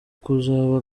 kuzaba